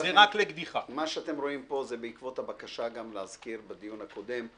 מה שאתם רואים פה זה בעקבות הבקשה גם בדיון הקודם,